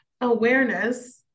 Awareness